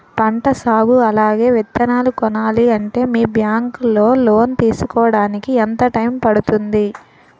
పంట సాగు అలాగే విత్తనాలు కొనాలి అంటే మీ బ్యాంక్ లో లోన్ తీసుకోడానికి ఎంత టైం పడుతుంది?